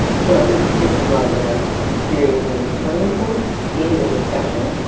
and so i think this is why we're experiencing this turning point in the discussion.